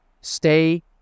stay